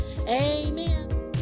Amen